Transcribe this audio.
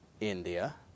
India